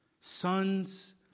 sons